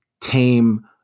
tame